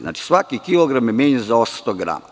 Znači, svaki kilogram je menjan za 800 grama.